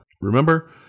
remember